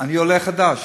אני עולה חדש.